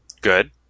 good